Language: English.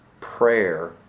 prayer